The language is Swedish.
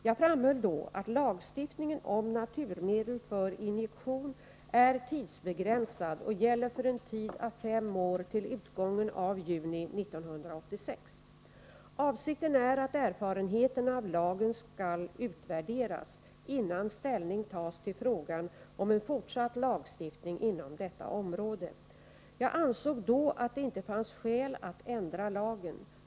Jag framhöll då att lagstiftningen om naturmedel för injektion är tidsbegränsad och gäller för en tid av fem år till utgången av juni 1986. Avsikten är att erfarenheterna av lagen skall utvärderas, innan ställning tas till frågan om en fortsatt lagstiftning inom detta område. Jag ansåg då att det inte fanns skäl att ändra lagen.